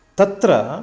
तत्र